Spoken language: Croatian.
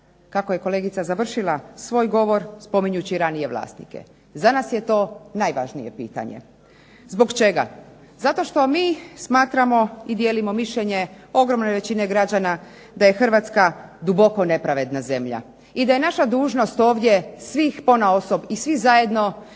što je kolegica završila svoj govor, spominjući ranije vlasnike. Za nas je to najvažnije pitanje. Zbog čega? Zato što mi smatramo i dijelimo mišljenje ogromne većine građana da je Hrvatska duboko nepravedna zemlja i da je naša dužnost ovdje svih ponaosob i svih zajedno